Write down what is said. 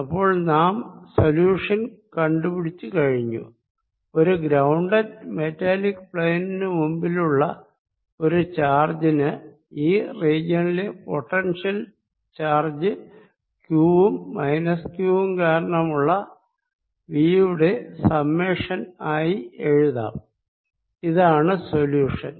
അപ്പോൾ നാം സൊല്യൂഷൻ കണ്ടുപിടിച്ച് കഴിഞ്ഞു ഒരു ഗ്രൌൻഡഡ് മെറ്റാലിക് പ്ലെയിന് മുൻപിലുള്ള ഒരു ചാർജിന് ഈ റീജിയണിലെ പൊട്ടൻഷ്യൽ ചാർജ് ക്യൂവും മൈനസ് ക്യൂവും കാരണമുള്ള V യുടെ സമ്മേഷൻ ആയി എഴുതാം ഇതാണ് സൊല്യൂഷൻ